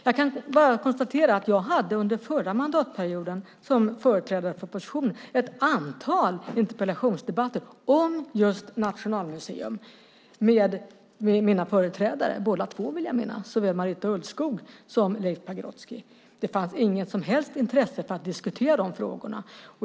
Jag kan bara konstatera att jag under förra mandatperioden, som företrädare för oppositionen, hade ett antal interpellationsdebatter om just Nationalmuseum med mina företrädare, båda två, vill jag minnas, såväl Marita Ulvskog som Leif Pagrotsky. Det fanns inget som helst intresse av att diskutera de frågorna.